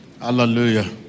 Hallelujah